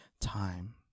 time